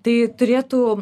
tai turėtų